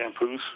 shampoos